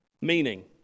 meaning